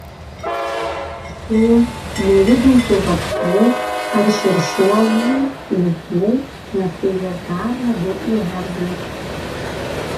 perspėja nejudinti vapsvų ar širšuolų lizdų nes tai jas dar labiau įerzins